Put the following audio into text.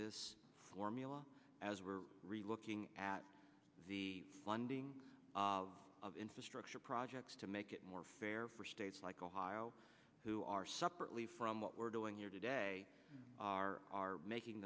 this formula as we're really looking at the funding of infrastructure projects to make it more fair for states like ohio who are separately from what we're doing here today are making